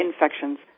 infections